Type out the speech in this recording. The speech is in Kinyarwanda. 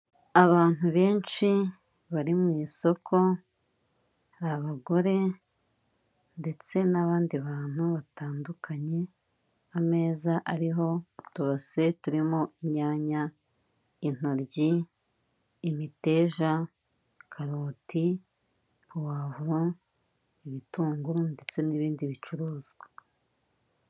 Abantu benshi bari mu isoko abagore ndetse n'abandi bantu batandukanye, ameza ariho utubase turimo inyanya, intoryi, imiteja, karoti, puwavu, ibitunguru ndetse n'ibindi bicuruzwa.